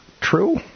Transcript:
true